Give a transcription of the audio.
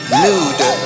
nude